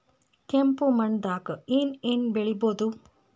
ಕೆಂಪು ಮಣ್ಣದಾಗ ಏನ್ ಏನ್ ಬೆಳಿಬೊದು?